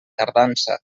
tardança